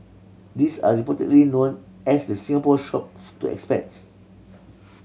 these are reportedly known as the Singapore Shops to expats